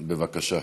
בבקשה.